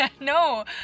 No